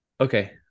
Okay